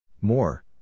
More